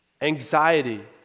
Anxiety